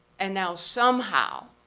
and now somehow